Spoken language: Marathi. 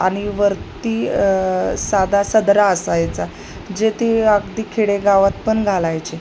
आणि वरती साधा सदरा असायचा जे ते अगदी खेडेगावातपण घालायचे